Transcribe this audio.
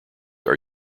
are